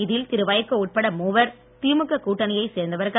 இதில் திரு வைகோ உட்பட மூவர் திமுக கூட்டணியை சேர்ந்தவர்கள்